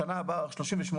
בשנה הבאה רק 38